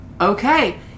Okay